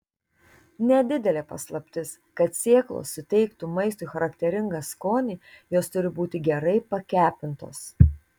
nedidelė paslaptis kad sėklos suteiktų maistui charakteringą skonį jos turi būti gerai pakepintos